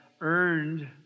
earned